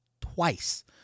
twice